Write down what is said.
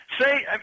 say